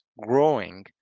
growing